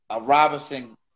Robinson